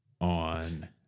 on